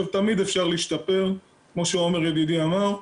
תמיד אפשר להשתפר כמו שעומר ידידי אמר.